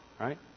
Right